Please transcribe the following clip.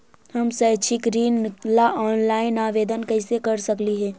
हम शैक्षिक ऋण ला ऑनलाइन आवेदन कैसे कर सकली हे?